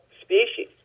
species